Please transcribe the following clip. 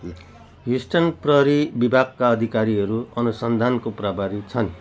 हिस्टन प्रहरी विभागका अधिकारीहरू अनुसन्धानको प्रभारी छन्